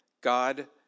God